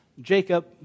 Jacob